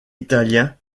italien